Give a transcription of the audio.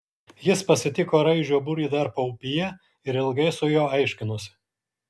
jis pasitiko raižio būrį dar paupyje ir ilgai su juo aiškinosi